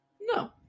No